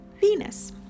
Venus